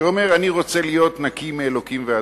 שאומר: אני רוצה להיות נקי מאלוקים ואדם,